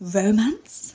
romance